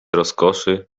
rozkoszy